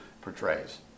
portrays